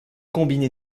combiné